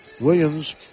Williams